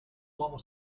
uomo